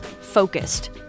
focused